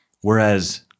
Whereas